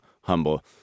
Humble